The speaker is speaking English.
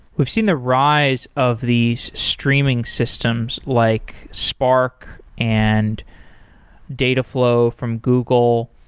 we've seen the rise of these streaming systems, like spark and dataflow from google.